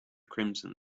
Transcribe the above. crimson